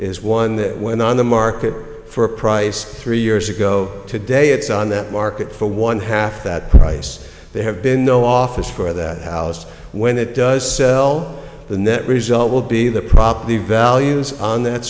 is one that went on the market for a price three years ago today it's on that market for one half that price they have been no offers for that house when it does sell the net result will be the property values on that